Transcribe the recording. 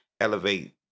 elevate